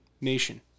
nation